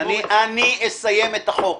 אני אסיים את החוק.